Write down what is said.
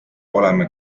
oleme